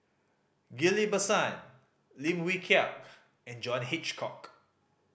Ghillie Basan Lim Wee Kiak and John Hitchcock